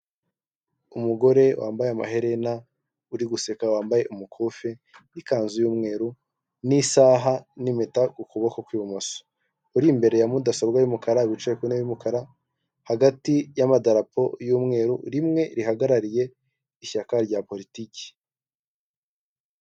Muri iyi foto harimo haragaragara abagabo babiri umwe wambaye ishati y'umweru n'undi wambaye ikote, ku meza hariho ikinyobwa cy'amazi cy'uruganda Inyange indasitirizi, inyuma haragaragara nk'aho hari ikigo k'igihugu gishinzwe imisoro n'amahoro.